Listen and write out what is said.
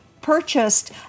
purchased